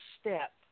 step